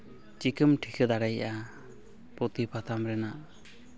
ᱪᱤᱠᱟᱹᱢ ᱴᱷᱤᱠᱟᱹ ᱫᱟᱲᱮᱭᱟᱜᱼᱟ ᱯᱩᱛᱷᱤ ᱯᱟᱛᱷᱟᱢ ᱨᱮᱱᱟᱜ